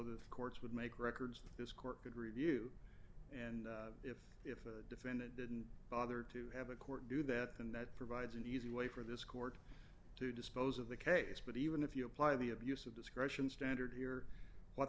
the courts would make records this court could review and if the defendant didn't bother to have a court do that and that provides an easy way for this court to dispose of the case but even if you apply the abuse of discretion standard here what